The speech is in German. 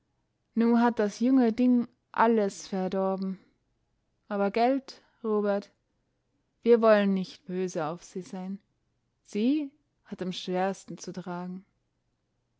nu hat das junge ding alles verdorben aber gelt robert wir wollen nicht böse auf sie sein sie hat am schwersten zu tragen